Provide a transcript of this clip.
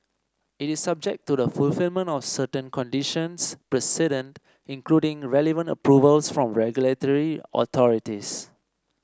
it is subject to the fulfilment of certain conditions precedent including relevant approvals from regulatory authorities